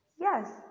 Yes